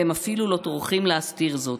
והם אפילו לא טורחים להסתיר זאת.